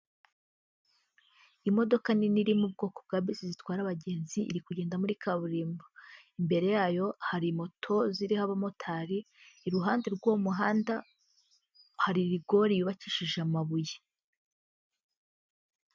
Imodoka nini iri mu bwoko bwa bisi zitwara abagenzi iri kugenda muri kaburimbo, imbere yayo hari moto ziriho abamotari, iruhande rw'uwo muhanda haririgore yubakishije amabuye.